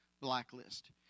blacklist